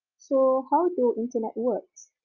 so how do internet works?